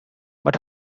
but